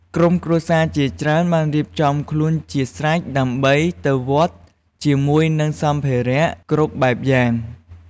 ក្រុមគ្រួសារជាច្រើនបានរៀបចំខ្លួនជាស្រេចដើម្បីទៅវត្តជាមួយនឹងសម្ភារគ្រប់បែបយ៉ាង។